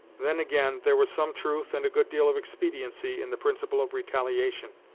then, again, there was some truth, and a good deal of expediency, in the principle of retaliation,